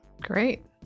Great